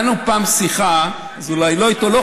הייתה לנו פעם שיחה, אז אולי לא איתו.